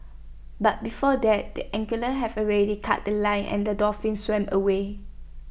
but before that the angler have already cut The Line and the dolphin swam away